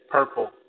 Purple